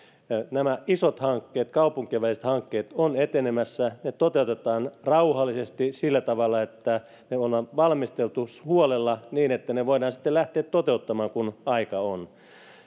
nämä isot hankkeet kaupunkien väliset hankkeet ovat etenemässä ja ne toteutetaan rauhallisesti sillä tavalla että ne on valmisteltu huolella niin että ne voidaan sitten lähteä toteuttamaan kun aika on